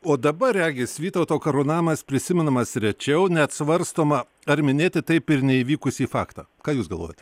o dabar regis vytauto karūnavimas prisimenamas rečiau net svarstoma ar minėti taip ir neįvykusį faktą ką jūs galvojat